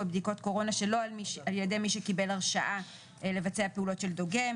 בדיקות קורונה שלא על ידי מי שקיבל הרשאה לבצע פעולות של דוגם.